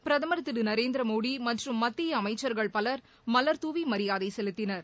பிரதமர் திரு நரேந்திரமோடி மற்றும் மத்திய அமைச்சர்கள் பலர் மலர்தூவி மரியாதை செலுத்தினர்